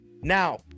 now